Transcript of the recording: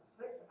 six